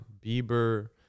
Bieber